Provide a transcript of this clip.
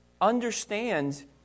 understand